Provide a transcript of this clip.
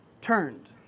turned